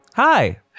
Hi